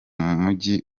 mujyi